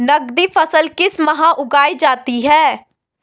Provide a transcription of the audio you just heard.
नकदी फसल किस माह उगाई जाती है?